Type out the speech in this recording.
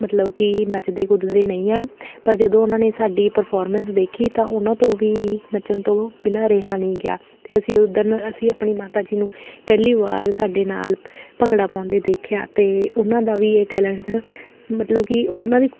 ਮਤਲਬ ਕਿ ਨੱਚਦੇ ਕੁੱਦਦੇ ਨਹੀਂ ਹਨ ਪਰ ਜਦੋਂ ਉਹਨਾਂ ਨੇ ਸਾਡੀ ਪਰਫੋਰਮੈਂਸ ਦੇਖੀ ਤਾਂ ਉਹਨਾਂ ਤੋਂ ਵੀ ਨੱਚਣ ਤੋਂ ਬਿਨਾਂ ਰਿਹਾ ਨਹੀਂ ਗਿਆ ਅਤੇ ਅਸੀਂ ਉਧਰ ਅਸੀਂ ਆਪਣੀ ਮਾਤਾ ਜੀ ਨੂੰ ਪਹਿਲੀ ਵਾਰ ਸਾਡੇ ਨਾਲ ਭੰਗੜਾ ਪਾਉਂਦੇ ਦੇਖਿਆ ਅਤੇ ਉਹਨਾਂ ਦਾ ਵੀ ਇਹ ਟੈਲੈਂਟ ਮਤਲਬ ਕਿ ਉਹਨਾਂ ਦੀ